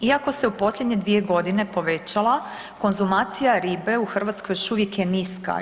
Iako se u posljednje 2 godine povećala konzumacija ribe, u Hrvatskoj još uvijek je niska.